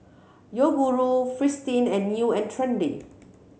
Yoguru Fristine and New and Trendy